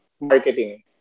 marketing